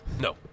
No